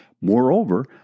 Moreover